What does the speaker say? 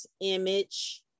image